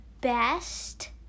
best